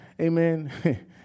amen